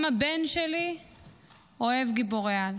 גם הבן שלי אוהב גיבורי-על.